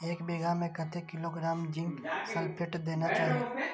एक बिघा में कतेक किलोग्राम जिंक सल्फेट देना चाही?